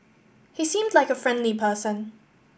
he seemed like a friendly person